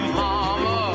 mama